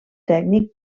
tècnic